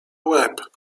łeb